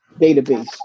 database